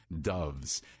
doves